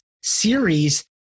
series